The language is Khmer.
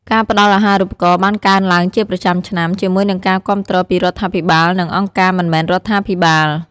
ការផ្តល់អាហារូបករណ៍បានកើនឡើងជាប្រចាំឆ្នាំ ជាមួយនឹងការគាំទ្រពីរដ្ឋាភិបាល និងអង្គការមិនមែនរដ្ឋាភិបាល។